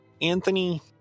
Anthony